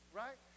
right